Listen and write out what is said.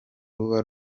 ruba